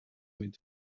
mit